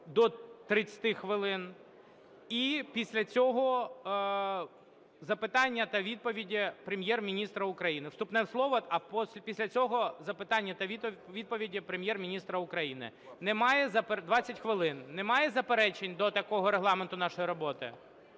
до 30 хвилин, і після цього запитання та відповіді Прем'єр-міністра, вступне слово, а після цього запитання та відповіді Прем'єр-міністра України - 20 хвилин. Немає заперечень до такого регламенту нашої роботи?